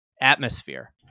atmosphere